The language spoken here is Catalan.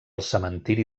cementiri